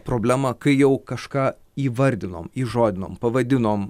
problemą kai jau kažką įvardinom įžodinom pavadinom